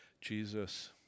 Jesus